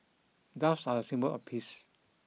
doves are a symbol of peace